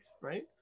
right